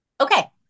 Okay